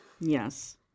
Yes